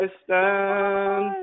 stand